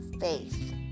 faith